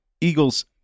Eagles